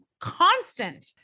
constant